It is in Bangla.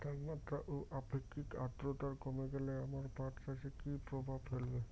তাপমাত্রা ও আপেক্ষিক আদ্রর্তা কমে গেলে আমার পাট চাষে কী প্রভাব ফেলবে?